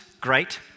great